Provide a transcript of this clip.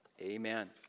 Amen